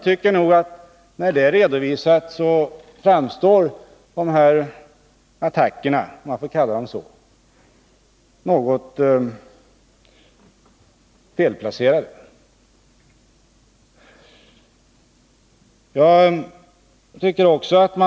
Efter denna redogörelse tycker jag att de här attackerna — om jag får kalla dem så — förefaller något felplacerade.